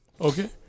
Okay